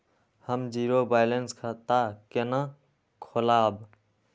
हम zero balance खाता केना खोलाब?